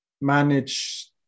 manage